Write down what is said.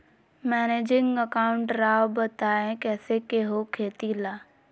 Managing account राव बताएं कैसे के हो खेती ला?